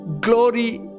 glory